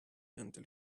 until